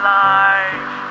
life